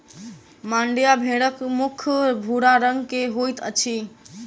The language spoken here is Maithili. मांड्या भेड़क मुख भूरा रंग के होइत अछि